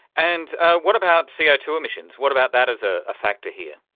and what about c o two emissions? what about that as a ah factor here?